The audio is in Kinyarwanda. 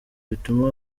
bituma